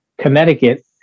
Connecticut